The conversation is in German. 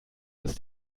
ist